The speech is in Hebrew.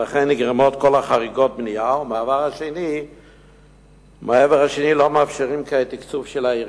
ואחר כך אתה מגלה את השרידים שלהן כשבן של מישהו בא להתגייס ליחידה